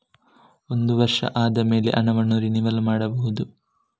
ಒಂದು ವರ್ಷ ಆದಮೇಲೆ ಹಣವನ್ನು ರಿನಿವಲ್ ಮಾಡಬಹುದ?